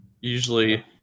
usually